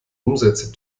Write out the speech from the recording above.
umsätze